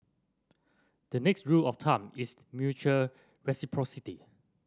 the next rule of thumb is mutual reciprocity